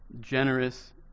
generous